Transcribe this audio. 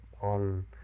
on